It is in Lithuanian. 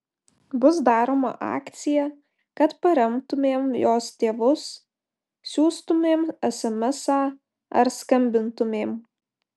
bus daroma akcija kad paremtumėm jos tėvus siųstumėm esemesą ar skambintumėm